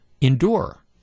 endure